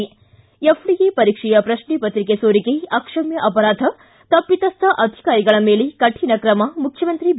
ಿ ಎಫ್ಡಿಎ ಪರೀಕ್ಷೆಯ ಪ್ರಶ್ನೆಪತ್ರಿಕೆ ಸೋರಿಕೆ ಅಕ್ಷಮ್ಯ ಅಪರಾಧ ತಪ್ಪಿತಸ್ಥ ಅಧಿಕಾರಿಗಳ ಮೇಲೆ ಕೌಣ ಕ್ರಮ ಮುಖ್ಚಮಂತ್ರಿ ಬಿ